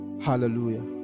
Hallelujah